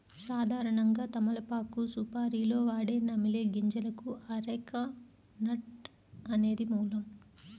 సాధారణంగా తమలపాకు సుపారీలో వాడే నమిలే గింజలకు అరెక నట్ అనేది మూలం